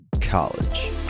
college